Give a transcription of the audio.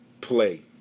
play